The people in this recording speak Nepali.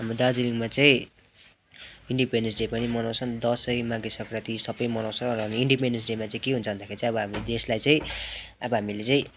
हाम्रो दार्जिलिङमा चाहिँ इन्डिपेन्डेन्स डे पनि मनाउँछन् दसैँ माघे सङ्क्रान्ति सबै मनाउँछ र इन्डिपिन्डेन्स डेमा चाहिँ के हुन्छ भन्दाखेरि चाहिँ अब हाम्रो देशलाई चाहिँ अब हामीले चाहिँ